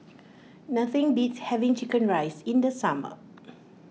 nothing beats having Chicken Rice in the summer